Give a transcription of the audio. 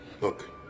Look